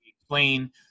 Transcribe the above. explain